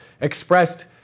expressed